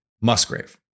Musgrave